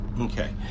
okay